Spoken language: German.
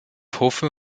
hoffe